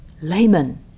layman